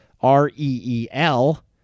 R-E-E-L